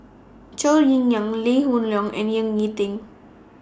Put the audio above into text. Zhou Ying NAN Lee Hoon Leong and Ying E Ding